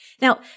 Now